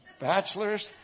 Bachelors